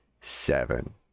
Seven